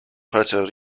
puerto